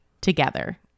together